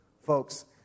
Folks